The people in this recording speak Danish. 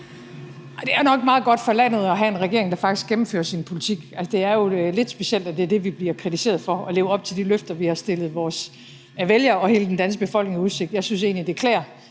Det er nok meget godt for landet at have en regering, der faktisk gennemfører sin politik, altså, det er jo lidt specielt, at det er det, vi bliver kritiseret for: at leve op til de løfter, vi har stillet vores vælgere og hele den danske befolkning i udsigt. Jeg synes egentlig, det klæder